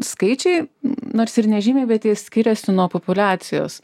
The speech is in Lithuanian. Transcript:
skaičiai nors ir nežymiai bet jie skiriasi nuo populiacijos